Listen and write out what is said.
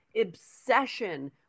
obsession